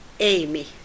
Amy